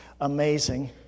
amazing